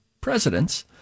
presidents